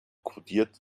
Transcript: kodiert